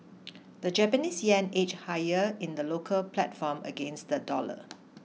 the Japanese yen edged higher in the local platform against the dollar